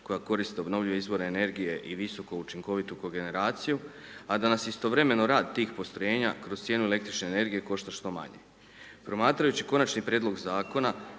koja koriste obnovljive izvore energije i visokoučinkovitu kogeneraciju, a da nas istovremeno rad tih postrojenja kroz cijenu el. energiju košta što manje. Promatrajući konačni prijedlog Zakona